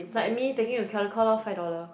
like me taking to Caldecott lor five dollar